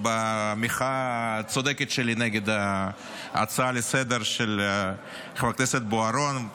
במחאה הצודקת שלי נגד ההצעה לסדר-היום של חבר הכנסת בוארון,